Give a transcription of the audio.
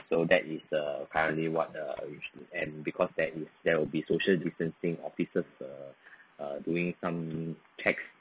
so that is the currently what the re~ and because there is there will be social distancing officers uh uh doing some checks